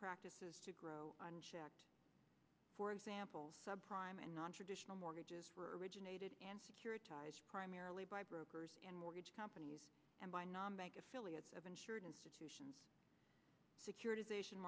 practices to grow unchecked for example subprime and nontraditional mortgages for originated and securitized primarily by brokers and mortgage companies and by non bank affiliates of insured institutions securiti